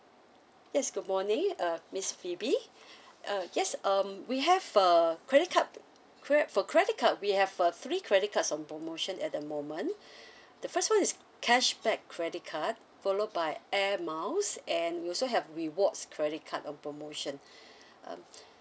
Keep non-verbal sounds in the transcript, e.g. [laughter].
yes good morning uh miss phoebe [breath] uh yes um we have uh credit card cre~ for credit card we have uh three credit cards on promotion at the moment [breath] the first one is cashback credit card followed by air miles and we also have rewards credit card on promotion [breath] um